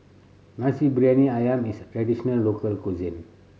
Nasi Briyani Ayam is traditional local cuisine